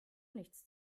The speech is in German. nichts